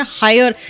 higher